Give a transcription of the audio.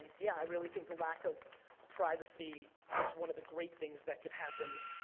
yeah i really think the lack of privacy is one of the great things that could happen